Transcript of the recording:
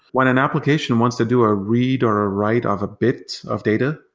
when an application wants to do a read or a write of a bit of data,